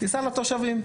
תיסע לתושבים.